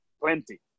plenty